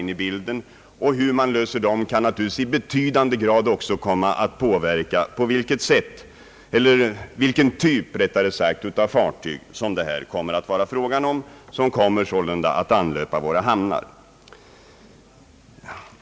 Lösningen av dessa problem kan naturligtvis också i betydande grad komma att påverka vilken typ av fartyg det kan bli fråga om som kommer att få anlöpa våra hamnar.